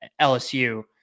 LSU